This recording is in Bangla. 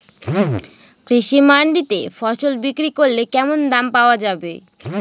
কৃষি মান্ডিতে ফসল বিক্রি করলে কেমন দাম পাওয়া যাবে?